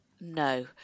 No